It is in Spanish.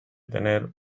tener